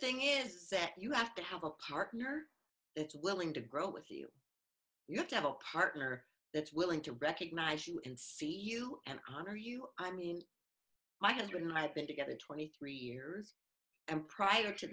thing is that you have to have a partner willing to grow with you you have to have a partner that's willing to recognize you and see you and honor you i mean my husband and i have been together twenty three years and prior to